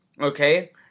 okay